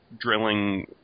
drilling